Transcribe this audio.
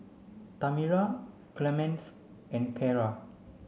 Tamera Clemence and Cara